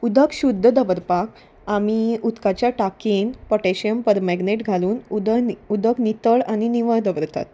उदक शुद्ध दवरपाक आमी उदकाच्या टाकयेन पोटेशियम परमेगनेट घालून उदक उदक नितळ आनी निवळ दवरतात